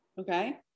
okay